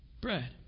bread